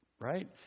right